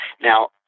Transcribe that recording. Now